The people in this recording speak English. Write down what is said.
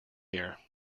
here